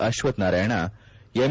Ashwathnarayan M